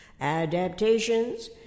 Adaptations